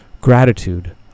Gratitude